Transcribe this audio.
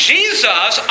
Jesus